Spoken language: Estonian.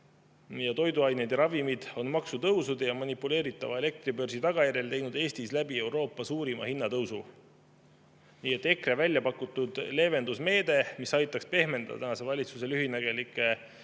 Toiduained ja ravimid on maksutõusude ja manipuleeritava elektribörsi tagajärjel teinud Eestis läbi Euroopa suurima hinnatõusu. Nii et EKRE pakutud leevendusmeede, mis aitaks pehmendada valitsuse lühinägelike